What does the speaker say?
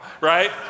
right